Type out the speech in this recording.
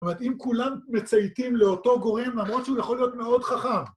זאת אומרת, אם כולם מצייתים לאותו גורם, למרות שהוא יכול להיות מאוד חכם.